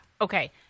Okay